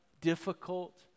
difficult